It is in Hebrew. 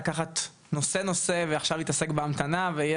לקחת נושא-נושא ועכשיו מתעסק בהמתנה ויהיה